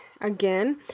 again